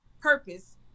purpose